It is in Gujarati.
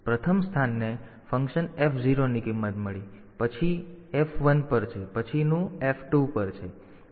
પ્રથમ સ્થાનને ફંક્શન f ની કિંમત મળી છે પછી પછીનું f પર છે પછીનું તે f છે